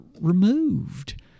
removed